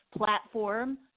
platform